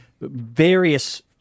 various